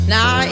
Now